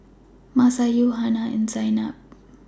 Masayu Hana and Zaynab